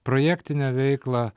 projektinę veiklą